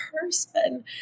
person